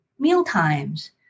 mealtimes